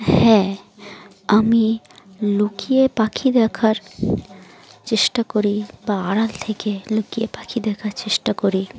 হ্যাঁ আমি লুকিয়ে পাখি দেখার চেষ্টা করি বা আড়াল থেকে লুকিয়ে পাখি দেখার চেষ্টা করি